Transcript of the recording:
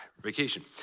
vacation